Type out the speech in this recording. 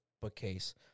bookcase